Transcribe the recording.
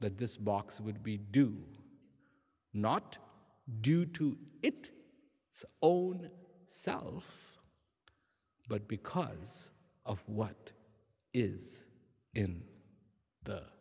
that this box would be do not do to it own self but because of what is in the